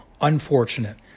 unfortunate